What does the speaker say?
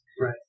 Right